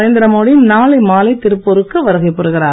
நரேந்திரமோடி நாளை மாலை திருப்பூருக்கு வருகை புரிகிறார்